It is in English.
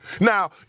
Now